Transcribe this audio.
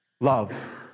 love